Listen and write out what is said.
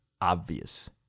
obvious